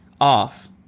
off